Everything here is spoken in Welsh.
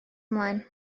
ymlaen